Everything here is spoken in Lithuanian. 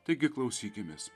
taigi klausykimės